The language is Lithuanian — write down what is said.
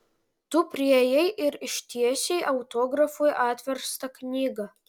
tu priėjai ir ištiesei autografui atverstą knygą